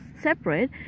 separate